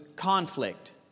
conflict